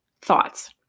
thoughts